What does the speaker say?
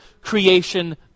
creation